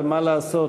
מה לעשות,